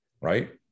right